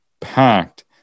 packed